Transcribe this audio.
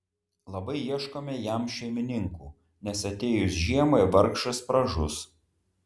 labai ieškome jam šeimininkų nes atėjus žiemai vargšas pražus